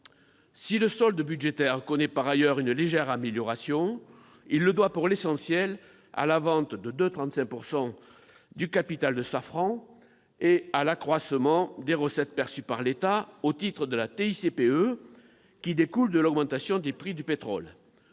Si le solde budgétaire connaît par ailleurs une légère amélioration, il le doit pour l'essentiel à la vente de 2,35 % du capital de Safran et à l'accroissement des recettes perçues par l'État au titre de la taxe intérieure de consommation sur les